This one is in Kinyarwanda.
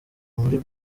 muri